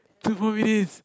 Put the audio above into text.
two more minutes